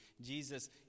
Jesus